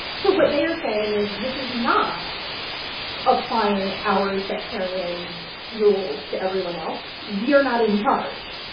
so what they are saying is this is not applying our sectarian rules to everyone else, we are not in charge.